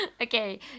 Okay